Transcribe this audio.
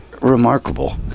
remarkable